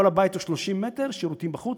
כל הבית הוא 30 מטר, שירותים בחוץ.